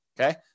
Okay